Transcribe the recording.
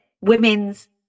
women's